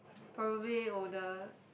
probably older